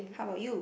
how bout you